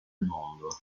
mondo